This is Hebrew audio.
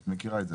את מכירה את זה.